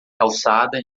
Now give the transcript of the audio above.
calçada